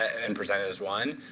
and presented as one.